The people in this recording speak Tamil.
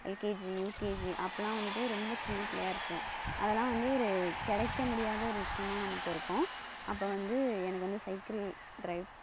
எல்கேஜி யுகேஜி அப்போலாம் வந்துட்டு ரொம்ப சின்னப்பிள்ளையா இருப்போம் அதெல்லாம் வந்து ஒரு கிடைக்க முடியாத ஒரு விஷயமா நமக்கு இருக்கும் அப்போ வந்து எனக்கு வந்து சைக்கிள் ட்ரைவ்